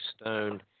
Stone